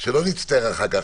שלא נצטער אחר כך.